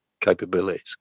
capabilities